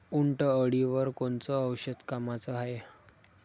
उंटअळीवर कोनचं औषध कामाचं हाये?